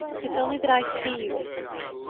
it's only that i see you differently.